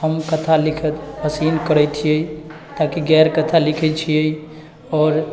हम कथा लिखब पसिन्न करै छिए ताकि गैरकथा लिखै छिए आओर